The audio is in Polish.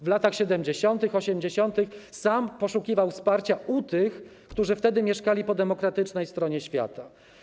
W latach 70., 80. sam poszukiwał wsparcia u tych, którzy wtedy mieszkali po demokratycznej stronie świata.